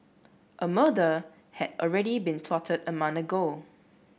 a murder had already been plotted a month ago